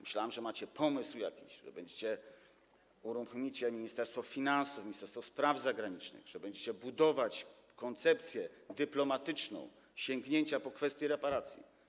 Myślałem, że macie jakiś pomysł, że uruchomicie Ministerstwo Finansów, Ministerstwo Spraw Zagranicznych, że będziecie budować koncepcję dyplomatyczną sięgnięcia po kwestie reparacji.